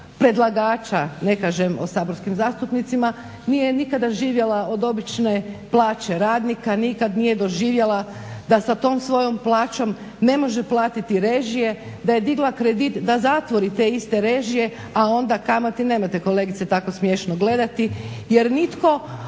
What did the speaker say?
predlagača ne kažem o saborskim zastupnicima, nije nikada živjela od obične plaće radnika, nikad nije doživjela da sa tom svojom plaćom ne može platiti režije, da je digla kredit da zatvori te iste režije a onda kamate, nemojte kolegice tako smiješno gledati jer nitko